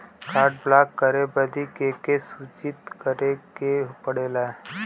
Card block करे बदी के के सूचित करें के पड़ेला?